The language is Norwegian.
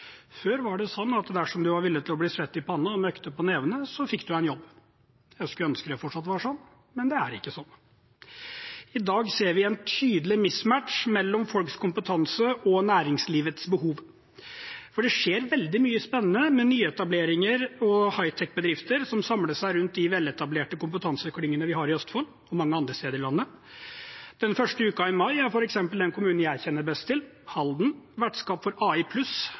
Før var det sånn at dersom man var villig til å bli svett i pannen og møkkete på nevene, fikk man seg en jobb. Jeg skulle ønske det fortsatt var sånn, men det er ikke sånn. I dag ser vi en tydelig mismatch mellom folks kompetanse og næringslivets behov. Det skjer veldig mye spennende med nyetableringer og hightechbedrifter som samler seg rundt de veletablerte kompetanseklyngene vi har i Østfold og mange andre steder i landet. Den første uken i mai er f.eks. den kommunene jeg kjenner best til, Halden, vertskap for AI+.